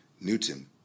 Newton